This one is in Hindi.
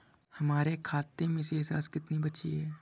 हमारे खाते में शेष राशि कितनी बची है?